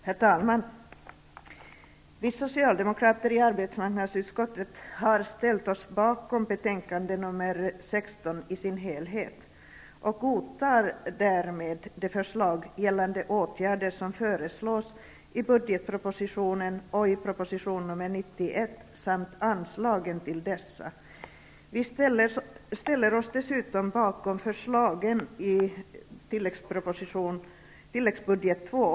Herr talman! Vi socialdemokrater i arbetsmarknadsutskottet har ställt oss bakom betänkande nr 16 i dess helhet och godtar därmed de åtgärder som föreslås i budgetpropositionen och i proposition nr 91 samt anslagen till dessa. Vi ställer oss dessutom bakom förslagen till anslag på tilläggsbudget II, bil.